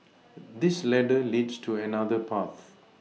this ladder leads to another path